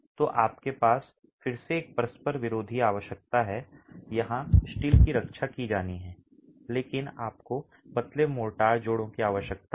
तो आपके पास फिर से एक परस्पर विरोधी आवश्यकता है यहां स्टील की रक्षा की जानी है लेकिन आपको पतले मोर्टार जोड़ों की आवश्यकता है